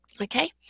okay